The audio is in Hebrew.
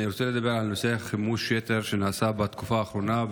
אני רוצה לדבר על נושא חימוש היתר שנעשה בתקופה האחרונה,